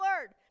word